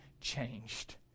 changed